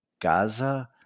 Gaza